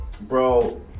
Bro